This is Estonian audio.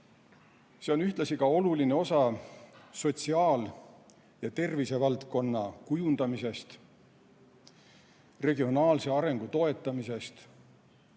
See on ühtlasi oluline osa sotsiaal‑ ja tervisevaldkonna kujundamisest, regionaalse arengu toetamisest,